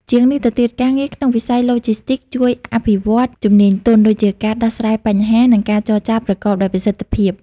ជាងនេះទៅទៀត ការងារក្នុងវិស័យឡូជីស្ទីកជួយអភិវឌ្ឍជំនាញទន់ ដូចជាការដោះស្រាយបញ្ហា និងការចរចាប្រកបដោយប្រសិទ្ធភាព។